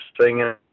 singing